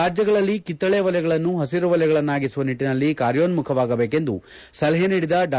ರಾಜ್ಯಗಳಲ್ಲಿ ಕಿತ್ತಳೆ ವಲಯಗಳನ್ನು ಹಸಿರುವಲಯಗಳನ್ನಾಗಿಸುವ ನಿಟ್ಟಿನಲ್ಲಿ ಕಾರ್ಯೋನ್ಮುಖವಾಗಬೇಕೆಂದು ಸಲಹೆ ನೀಡಿದ ಡಾ